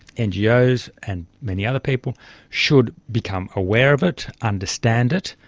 and yeah ngos and many other people should become aware of it, understand it,